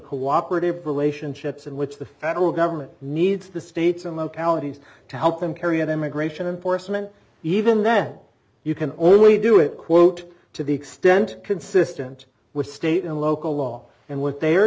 cooperative relationships in which the federal government needs the states and localities to help them carry out immigration enforcement even then you can only do it quote to the extent consistent with state and local law and what they